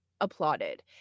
applauded